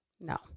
No